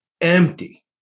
empty